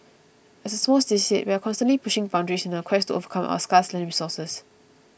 as a small city state we are constantly pushing boundaries in our quest to overcome our scarce land resource